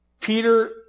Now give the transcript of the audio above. Peter